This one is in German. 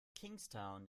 kingstown